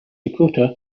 dakota